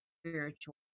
spiritual